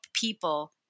people